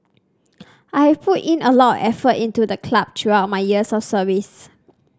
I have put in a lot effort into the club throughout my years of service